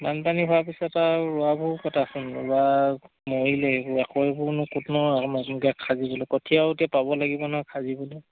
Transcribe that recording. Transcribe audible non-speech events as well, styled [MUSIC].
বানপানী হোৱাৰ পিছত আৰু ৰোৱাবোৰ [UNINTELLIGIBLE] ৰুবা মৰিলে [UNINTELLIGIBLE] কৰিব ক'তনো সাজিবলে কঠীয়াও এতিয়া পাব লাগিব নহয় সাজিবলে